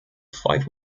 five